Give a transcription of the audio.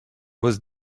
was